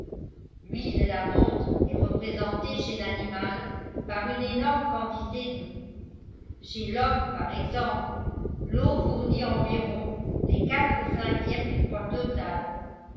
l'huile de la montre est représentée chez l'animal par une énorme quantité d'eau chez l'homme par exemple l'eau fournit environ les quatre cinquièmes du poids total